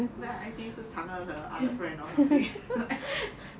but I think 是 chang er 的 other friend or something